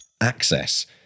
access